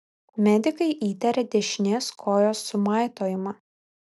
medikai įtarė dešinės kojos sumaitojimą